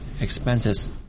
expenses